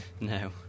No